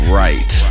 right